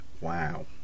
Wow